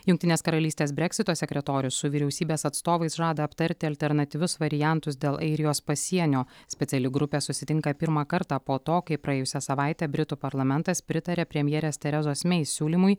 jungtinės karalystės breksito sekretorius su vyriausybės atstovais žada aptarti alternatyvius variantus dėl airijos pasienio speciali grupė susitinka pirmą kartą po to kai praėjusią savaitę britų parlamentas pritarė premjerės terezos mei siūlymui